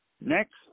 Next